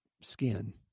skin